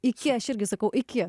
iki aš irgi sakau iki